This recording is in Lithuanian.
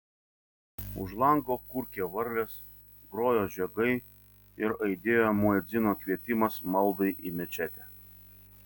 už lango kurkė varlės grojo žiogai ir aidėjo muedzino kvietimas maldai į mečetę